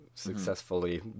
successfully